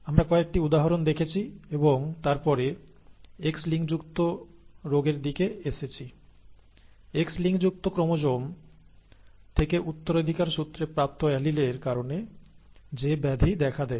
আমরা কয়েকটি উদাহরণ দেখেছি এবং তারপরে X লিঙ্কযুক্ত রোগের দিকে এসেছি X লিঙ্কযুক্ত ক্রোমোসোম থেকে উত্তরাধিকার সূত্রে প্রাপ্ত এলিলের কারণে যে ব্যাধি দেখা দেয়